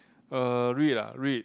uh read ah read